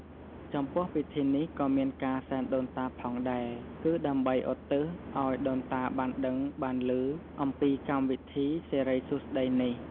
ចំពោះពិធីនេះក៏មានការ សែនដូនតាផងដែរ គឺដើម្បីឧទ្ទិសអោយដូនតាបានដឹងបានលឺ អំពីកម្មវិធីសេរីសួស្ដីនេះ។